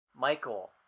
Michael